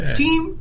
team